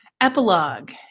Epilogue